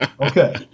Okay